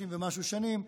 50 ומשהו שנים,